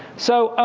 so